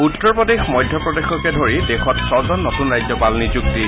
উত্তৰ প্ৰদেশ মধ্য প্ৰদেশকে ধৰি দেশত পাঁচজন নতুন ৰাজ্যপাল নিযুক্তি